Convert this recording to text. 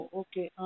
okay